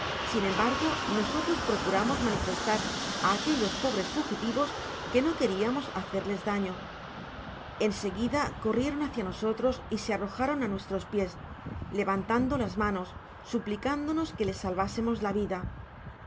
sin embargo nosotros procuramos manifestar á aquellos pobres fugitivos que no queriamos hacerles dado en seguida corrieron hacia nosotros y se arrojaron á nuestros pies levantando las manos suplicándonos que les salvásemos la vida